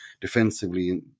defensively